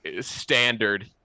standard